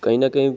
कहीं ना कहीं